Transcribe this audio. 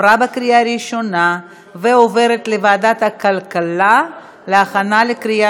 לוועדת הכלכלה נתקבלה.